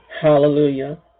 hallelujah